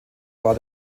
war